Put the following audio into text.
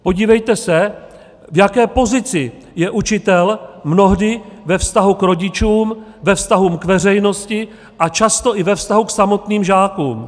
Podívejte se, v jaké pozici je učitel mnohdy ve vztahu k rodičům, ve vztahu k veřejnosti a často i ve vztahu k samotným žákům.